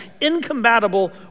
incompatible